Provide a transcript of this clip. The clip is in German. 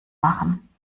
machen